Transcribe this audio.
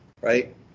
right